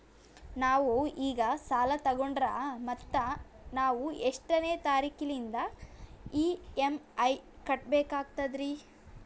ನಾವು ಈಗ ಸಾಲ ತೊಗೊಂಡ್ರ ಮತ್ತ ನಾವು ಎಷ್ಟನೆ ತಾರೀಖಿಲಿಂದ ಇ.ಎಂ.ಐ ಕಟ್ಬಕಾಗ್ತದ್ರೀ?